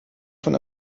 von